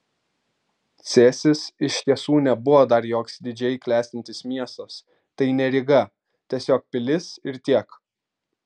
cėsis iš tiesų nebuvo dar joks didžiai klestintis miestas tai ne ryga tiesiog pilis ir tiek